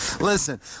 Listen